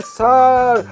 sir